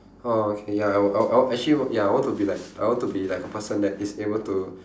oh okay ya I would I would actually wo~ ya I want to be like I want to be like the person that is able to